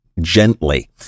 gently